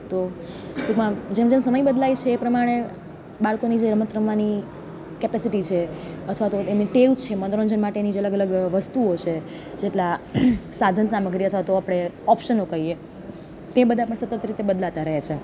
તો ટૂંકમાં જેમ જેમ સમય બદલાય છે એ પ્રમાણે બાળકોની જે રમત રમવાની કેપેસિટી છે અથવા તો એમની ટેવ છે મનોરંજન માટેની જે અલગ અલગ વસ્તુઓ છે જેટલાં સાધન સામગ્રી અથવા તો આપણે ઓપ્શનો કહીએ તે બધાં પણ સતત રીતે બદલાતાં રહે છે